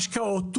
משקאות,